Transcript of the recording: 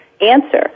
answer